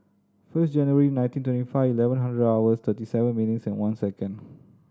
first January nineteen twenty five eleven hundred hours thirty seven minutes and one second